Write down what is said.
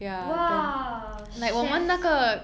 !wah! chef